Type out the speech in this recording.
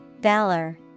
Valor